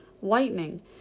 lightning